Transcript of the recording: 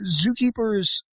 zookeepers